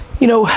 you know,